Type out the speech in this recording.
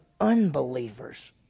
unbelievers